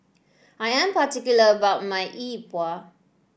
I am particular about my E Bua